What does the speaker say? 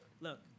look